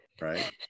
Right